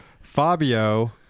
Fabio